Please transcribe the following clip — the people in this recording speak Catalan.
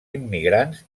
immigrants